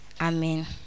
Amen